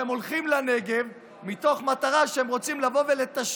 עכשיו, הם הולכים לנגב מתוך מטרה שהם רוצים לטשטש